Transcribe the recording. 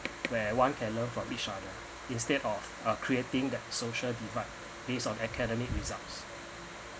where one can learn from each other instead of uh creating that social divide based on academic results